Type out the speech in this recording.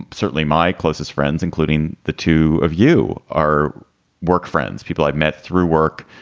certainly my closest friends, including the two of you, are work friends, people i've met through work.